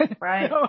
Right